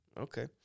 Okay